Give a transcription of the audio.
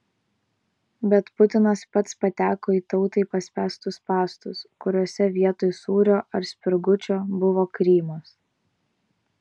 bet putinas pats pateko į tautai paspęstus spąstus kuriuose vietoj sūrio ar spirgučio buvo krymas